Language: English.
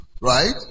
right